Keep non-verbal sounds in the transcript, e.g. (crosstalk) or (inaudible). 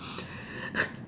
(laughs)